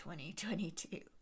2022